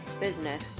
business